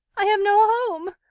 i have no home,